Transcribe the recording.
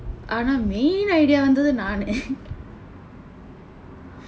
ஆனா:aanaa main idea வந்தது நானு:vandthathu naanu